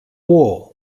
war